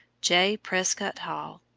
j. prescott hall.